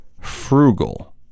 frugal